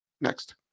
Next